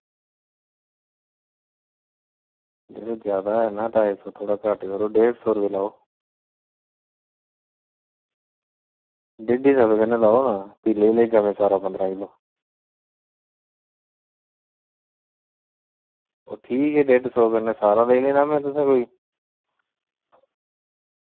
यरो जैदा ऐ ना ढाई सौ थोह्ड़ा घट्ट करो ना डेढ़ सौ रपेआ लाओ डेढ़ सौ रपेऽ कन्नै लाओ ना भी लेई जन्ना चौदां पंदरां किलो ओह् ठीक ऐ डेढ़ सौ रपेऽ कन्नै में सारा लेई जाना तुसें कोई